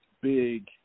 big